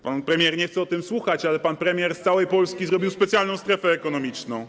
Pan premier nie chce o tym słuchać, ale pan premier z całej Polski zrobił specjalną strefę ekonomiczną.